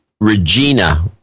Regina